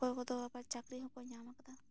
ᱚᱠᱚᱭ ᱠᱚᱫᱚ ᱪᱟᱹᱠᱨᱤ ᱦᱚᱸ ᱠᱚ ᱧᱟᱢ ᱟᱠᱟᱫᱠᱟ